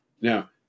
Now